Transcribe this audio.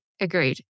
Agreed